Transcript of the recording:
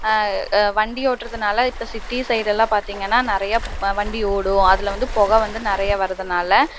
வண்டி ஓட்டுறதுனால இப்போ சிட்டி சைடெலாம் பார்த்திங்கன்னா நிறைய வண்டி ஓடும் அதில் வந்து புக வந்து நிறைய வரதனால